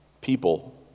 People